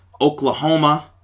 Oklahoma